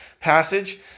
passage